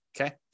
okay